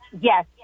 Yes